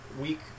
week